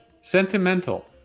Sentimental